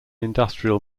industrial